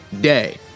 day